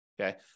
okay